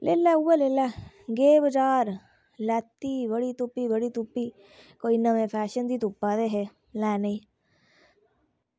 लेई लै भई उऐ लेई लै गेई बाज़ार लैती बड़ी तुप्पी बड़ी तुप्पी कोई नमें फैळशन दी तुप्पा दे हे लानै गी